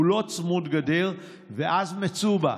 הוא לא צמוד גדר ואז מצובה,